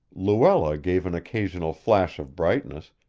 luella gave an occasional flash of brightness,